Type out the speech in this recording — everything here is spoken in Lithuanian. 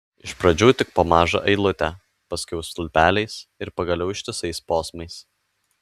iš pradžių tik po mažą eilutę paskiau stulpeliais ir pagaliau ištisais posmais